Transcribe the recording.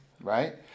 right